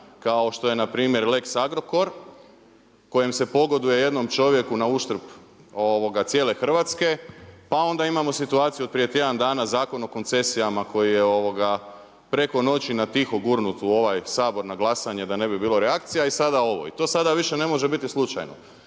kao što je npr. lex Agrokor kojim se pogoduje jednom čovjeku na uštrb cijele Hrvatske. Pa onda imamo situaciju od prije tjedan dana Zakon o koncesijama koji je preko noći na tiho gurnut u ovaj Sabor na glasanje, da ne bi bilo reakcija i sada ovo. I to sada više ne može biti slučajno.